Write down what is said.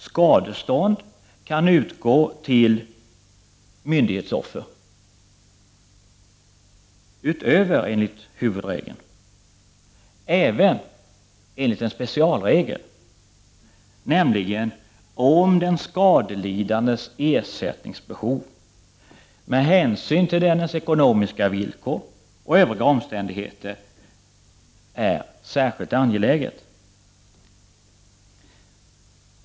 Skadestånd kan utgå till myndighetsoffer utöver enligt huvudregeln även enligt en specialregel, nämligen om den skadelidandes ersättningsbehov med hänsyn till dennes ekonomiska villkor och övriga omständigheter är särskilt angeläget.